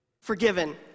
forgiven